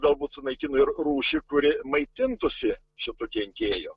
galbūt sunaikino ir rūšį kuri maitintųsi šitų kenkėjų